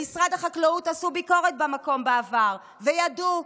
במשרד החקלאות עשו ביקורת במקום בעבר וידעו,